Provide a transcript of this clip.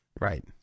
Right